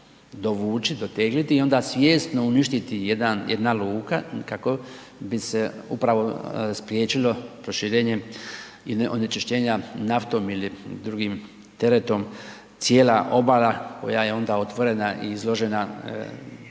dovući, dotegliti i onda svjesno uništiti jedna luka kako bi se upravo spriječilo proširenje onečišćenja naftom ili drugim teretom cijela obala koja je onda otvorena i izložena